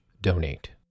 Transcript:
donate